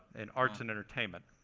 in arts and entertainment.